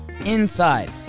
Inside